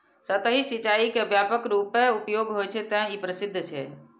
सतही सिंचाइ के व्यापक रूपें उपयोग होइ छै, तें ई प्रसिद्ध छै